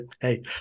hey